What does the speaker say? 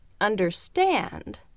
understand